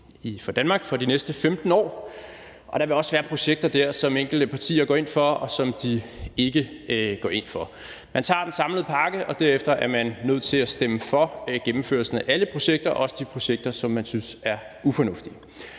for Danmark for de næste 15 år, og der vil også være projekter der, som enkelte partier går ind for, og projekter, som de ikke går ind for. Man tager den samlede pakke, og derefter er man nødt til at stemme for gennemførelsen af alle projekter, også de projekter, som man synes er ufornuftige.